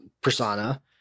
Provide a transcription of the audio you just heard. persona